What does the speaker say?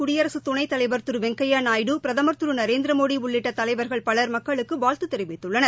குடியரசு துணைத்தலைவர் திரு வெங்கையா நாயுடு பிரதமர் திரு நரேந்திரமோடி உள்ளிட்ட தலைவர்கள் பலர் மக்களுக்கு வாழ்த்து தெரிவித்துள்ளனர்